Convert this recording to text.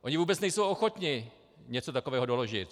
Oni vůbec nejsou ochotni něco takového doložit.